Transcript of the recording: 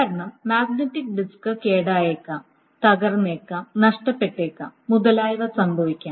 കാരണം magnetic disk കേടായേക്കാം തകർന്നേക്കാം നഷ്ടപ്പെട്ടേക്കാം മുതലായവ സംഭവിക്കാം